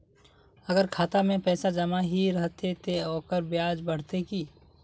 अगर खाता में पैसा जमा ही रहते ते ओकर ब्याज बढ़ते की?